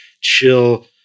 chill